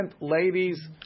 ladies